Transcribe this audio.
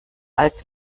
als